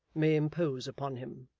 may impose upon him